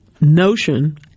notion